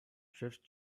drift